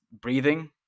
breathing